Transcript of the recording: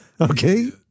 okay